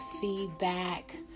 feedback